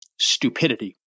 stupidity